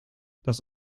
das